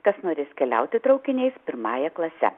kas norės keliauti traukiniais pirmąja klase